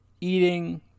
eating